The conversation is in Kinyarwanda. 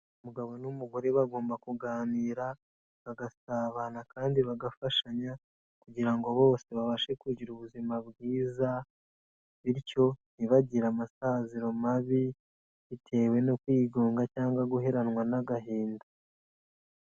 Umugabo n'umugore bagomba kuganira bagasabana kandi bagafashanya kugira ngo bose babashe kugira ubuzima bwiza, bityo ntibagire amasaziro mabi bitewe no kwigunga cyangwa guheranwa n'agahinda.